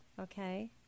okay